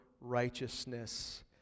righteousness